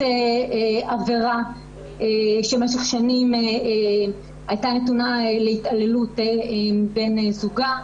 עבירה שמשך שנים היתה נתונה להתעללות מבן זוגה.